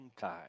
time